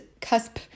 cusp